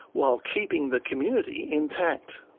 while keeping the community intact.